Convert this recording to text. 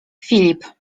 filip